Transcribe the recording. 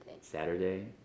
Saturday